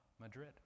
Madrid